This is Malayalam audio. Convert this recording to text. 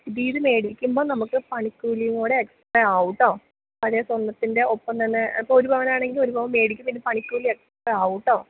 പുതിയത് മേടിക്കുമ്പം നമുക്ക് പണിക്കൂലിയൂടെ എക്സ്ട്രാ ആവുട്ടോ പഴയ സ്വർണത്തിൻ്റെ ഒപ്പം തന്നെ ഇപ്പം ഒരു പവനാണെങ്കിൽ ഒരു പവൻ മേടിക്കും പിന്നെ പണിക്കൂലി എക്സ്ട്രാ ആവുട്ടോ